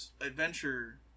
adventure